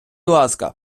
ласка